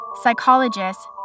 psychologists